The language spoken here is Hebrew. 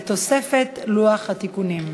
בתוספת לוח התיקונים.